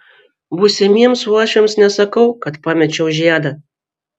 būsimiems uošviams nesakau kad pamečiau žiedą